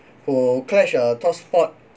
who catch a top spot